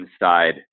inside